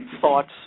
thoughts